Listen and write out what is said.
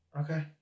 Okay